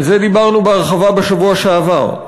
על זה דיברנו בהרחבה בשבוע שעבר.